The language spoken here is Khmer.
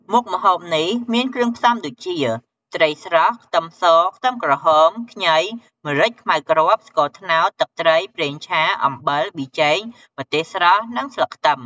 មុខម្ហូបនេះមានគ្រឿងផ្សំដូចជា ត្រីស្រស់ ខ្ទឹមស ខ្ទឹមក្រហម ខ្ញី ម្រេចខ្មៅគ្រាប់ ស្ករត្នោត ទឹកត្រី ប្រេងឆា អំបិល ប៊ីចេង ម្ទេសស្រស់ និងស្លឹកខ្ទឹម។